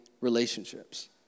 Relationships